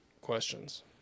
questions